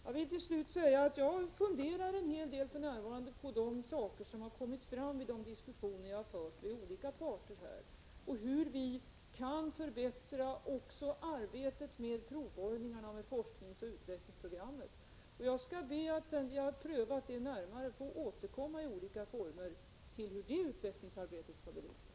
Jag vill till slut säga att jag för närvarande funderar en hel del på det som har kommit fram vid de diskussioner jag fört med olika parter och också på hur vi skall kunna förbättra arbetet med provborrningarna och med forskningsoch utvecklingsprogrammet. Sedan vi har prövat de här frågorna närmare skall jag be att få återkomma i olika former till hur det utvecklingsarbetet skall bedrivas.